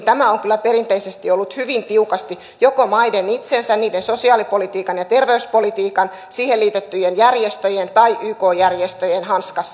tämä on kyllä perinteisesti ollut hyvin tiukasti joko maiden itsensä niiden sosiaalipolitiikan ja terveyspolitiikan siihen liitettyjen järjestöjen tai yk järjestöjen hanskassa